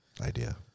idea